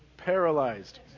paralyzed